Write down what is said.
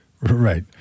Right